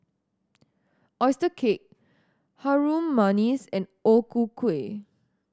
oyster cake Harum Manis and O Ku Kueh